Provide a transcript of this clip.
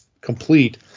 complete